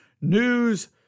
news